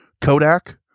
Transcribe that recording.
Kodak